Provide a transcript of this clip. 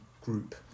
group